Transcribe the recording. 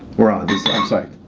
we're on. i'm psyched.